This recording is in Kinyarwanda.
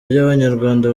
ry’abanyarwanda